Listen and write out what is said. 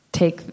take